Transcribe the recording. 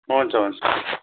हुन्छ हुन्छ